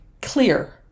clear